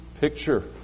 picture